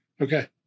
Okay